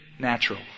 Natural